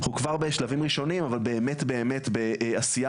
אנחנו כבר בשלבים ראשונים אבל באמת באמת בעשייה